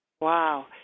Wow